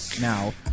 now